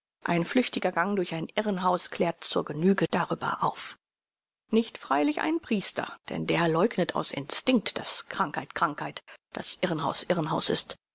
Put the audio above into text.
ein flüchtiger gang durch ein irrenhaus klärt zur genüge darüber auf nicht freilich einen priester denn der leugnet aus instinkt daß krankheit krankheit daß irrenhaus irrenhaus ist